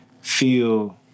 feel